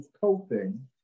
coping